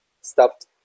stopped